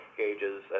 gauges